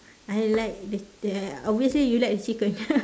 I like that their obviously you like chicken